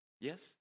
Yes